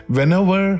Whenever